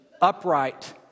upright